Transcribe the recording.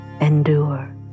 endure